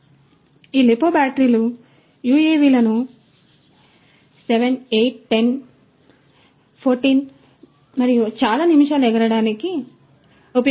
కాబట్టి ఈ లిపో బ్యాటరీలు ఈ యుఎవిలను 7 8 10 నిమిషాలు 14 నిమిషాలు మరియు చాలా నిమిషాలు ఎగరడానికి మంచివి